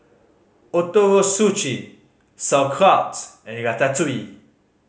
Ootoro Sushi Sauerkraut and Ratatouille